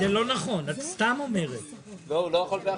רוויזיה.